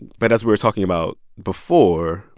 but as we were talking about before,